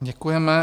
Děkujeme.